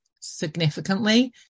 significantly